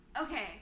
Okay